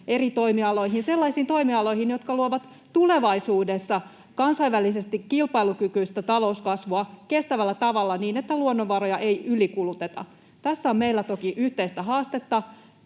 eri toimialoihin — sellaisiin toimialoihin, jotka luovat tulevaisuudessa kansainvälisesti kilpailukykyistä talouskasvua kestävällä tavalla niin, että luonnonvaroja ei ylikuluteta. Tässä on meillä toki yhteistä haastetta,